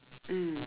mm